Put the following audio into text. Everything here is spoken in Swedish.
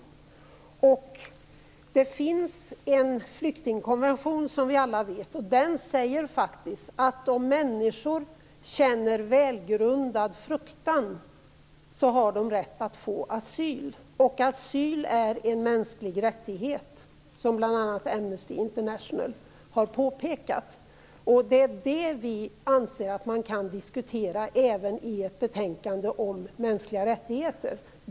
Det finns, som vi alla vet, en flyktingkonvention. Den säger faktiskt att om människor känner välgrundad fruktan har de rätt att få asyl. Asyl är en mänsklig rättighet, som bl.a. Amnesty International har påpekat. Vi anser att man kan diskutera även detta i ett betänkande om mänskliga rättigheter.